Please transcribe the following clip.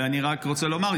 ואני רק רוצה לומר,